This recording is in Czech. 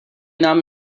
nám